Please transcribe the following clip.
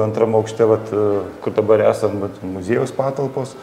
antram aukšte vat kur dabar esam muziejaus patalpos